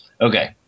Okay